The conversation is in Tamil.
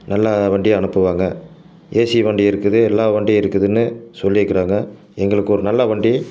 நல்ல வண்டியை அனுப்புவாங்க ஏசி வண்டி இருக்குது எல்லா வண்டியும் இருக்குதுன்னு சொல்லிக்கிறாங்க எங்களுக்கு ஒரு நல்ல வண்டி